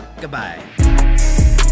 Goodbye